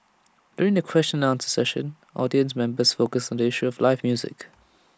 during the question and answer session audience members focused the issue of live music